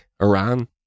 Iran